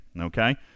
Okay